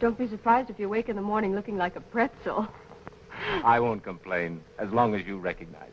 don't be surprised if you wake in the morning looking like a breath so i won't complain as long as you recogni